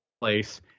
place